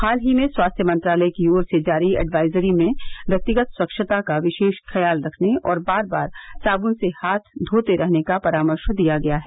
हाल ही में स्वास्थ्य मंत्रालय की ओर से जारी एडवाइजरी में व्यक्तिगत स्वच्छता का विशेष ख्याल रखने और बार बार साबुन से हाथ धोते रहने का परामर्श दिया गया है